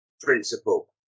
principle